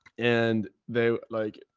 and they like.